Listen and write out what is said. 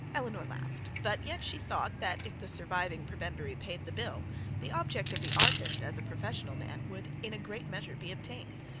eleanor laughed but yet she thought that if the surviving prebendary paid the bill the object of the artist as a professional man would, in great measure, be obtained.